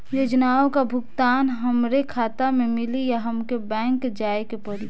योजनाओ का भुगतान हमरे खाता में मिली या हमके बैंक जाये के पड़ी?